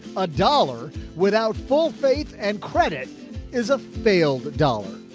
a dollar without full faith and credit is a failed dollar,